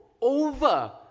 over